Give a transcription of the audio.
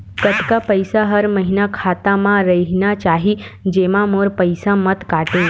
कतका पईसा हर महीना खाता मा रहिना चाही जेमा मोर पईसा मत काटे?